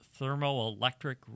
Thermoelectric